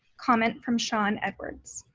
comment from sean edwards.